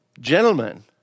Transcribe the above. Gentlemen